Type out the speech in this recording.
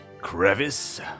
crevice